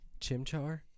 Chimchar